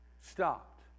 stopped